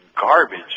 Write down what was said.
garbage